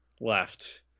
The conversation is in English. left